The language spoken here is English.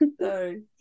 sorry